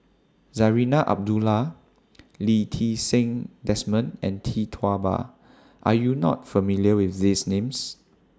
Zarinah Abdullah Lee Ti Seng Desmond and Tee Tua Ba Are YOU not familiar with These Names